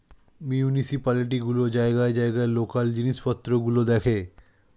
municipality গুলো জায়গায় জায়গায় লোকাল জিনিসপত্র গুলো দেখে